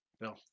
No